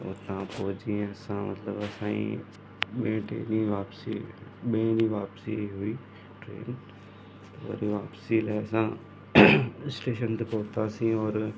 त हुतां पोइ अची असां मतिलबु असाजी ॿे टे ॾींहं वापसी ॿे ॾींहुं वापसी हुई ट्रेन वरी वापसीअ लाइ असां स्टेशन ते पहुतासीं और